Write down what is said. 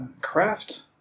craft